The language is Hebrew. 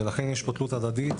ולכן יש פה תלות הדדית,